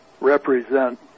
represent